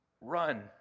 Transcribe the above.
run